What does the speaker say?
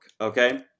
okay